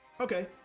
Okay